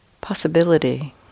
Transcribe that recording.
possibility